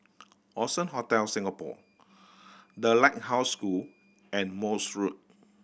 Allson Hotel Singapore The Lighthouse School and Morse Road